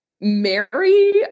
Mary